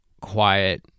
quiet